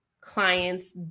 clients